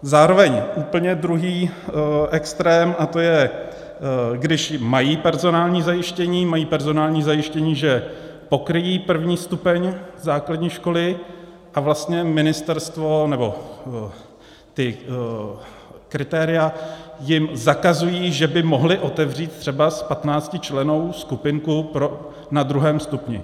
Zároveň úplně druhý extrém, a to je, když mají personální zajištění, mají personální zajištění, že pokryjí první stupeň základní školy, a vlastně ministerstvo, nebo ta kritéria jim zakazují, že by mohli otevřít třeba 15člennou skupinku na druhém stupni.